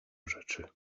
rzeczy